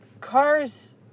cars